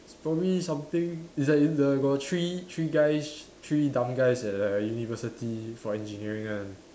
probably something it's like in the got three three guys three dumb guys that like in university for engineering one